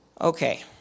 Okay